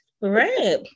right